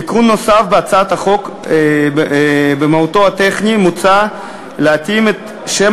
תיקון נוסף בהצעת החוק הוא במהותו טכני: מוצע להתאים את שם